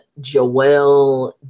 Joelle